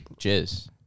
jizz